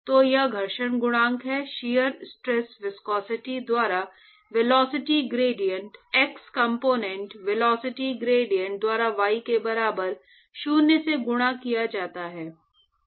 तो यह घर्षण गुणांक है शियर स्ट्रेस विस्कोसिटी द्वारा velocity gradient x component velocity gradient द्वारा y के बराबर शून्य से गुणा किया जाता है